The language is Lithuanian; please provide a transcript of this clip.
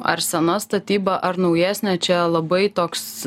ar sena statyba ar naujesnė čia labai toks